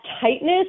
tightness